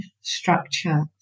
structure